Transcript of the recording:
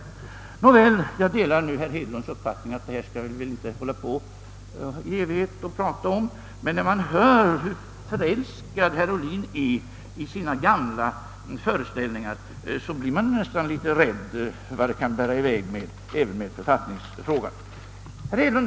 Nåväl, jag delar herr Hedlunds uppfattning om att vi inte skall hålla på i evighet och tala om detta, men när man hör hur förälskad herr Ohlin är i sina gamla föreställningar, blir man nästan litet rädd för vart det kan bära hän med författningsfrågan.